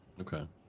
okay